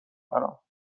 برام